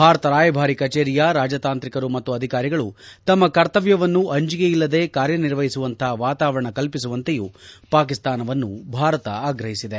ಭಾರತ ರಾಯಭಾರ ಕಚೇರಿಯ ರಾಜತಾಂತ್ರಿಕರು ಮತ್ತು ಅಧಿಕಾರಿಗಳು ತಮ್ನ ಕರ್ತಮ್ನವನ್ನು ಅಂಜೆಕೆ ಇಲ್ಲದೆ ಕಾರ್ಯನಿರ್ವಹಿಸುವಂತಹ ವಾತಾವರಣ ಕಲ್ಪಿಸುವಂತೆಯೂ ಪಾಕಿಸ್ತಾನವನ್ನು ಭಾರತ ಆಗ್ರಹಿಸಿದೆ